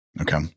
Okay